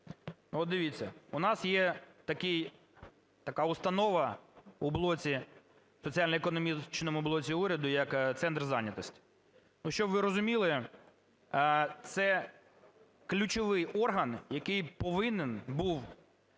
От дивіться, у нас є така установа у блоці, соціально-економічному блоці уряду, як Центр зайнятості. Щоб ви розуміли, це ключовий орган, який повинен був